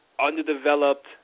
Underdeveloped